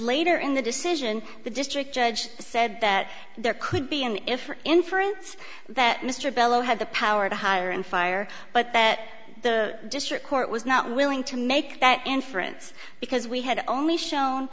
later in the decision the district judge said that there could be an if or inference that mr bello had the power to hire and fire but that the district court was not willing to make that inference because we had only shown